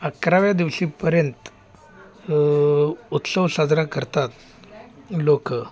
अकराव्या दिवशीपर्यंत उत्सव साजरा करतात लोकं